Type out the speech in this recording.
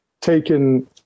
taken